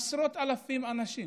עשרות אלפים של אנשים